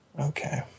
Okay